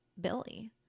Billy